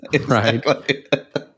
right